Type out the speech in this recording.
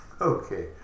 Okay